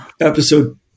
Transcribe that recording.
episode